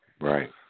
Right